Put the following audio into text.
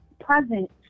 present